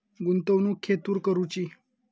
गुंतवणुक खेतुर करूची?